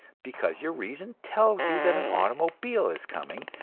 because your reason tells you that an automobile is coming,